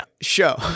show